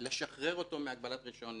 לשחרר אותו מהגבלת רישיון נהיגה.